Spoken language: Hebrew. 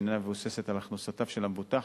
שאינה מבוססת על הכנסותיו של המבוטח.